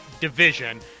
division